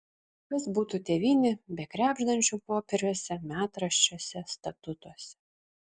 kas būtų tėvynė be krebždančių popieriuose metraščiuose statutuose